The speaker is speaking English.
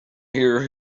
here